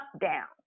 down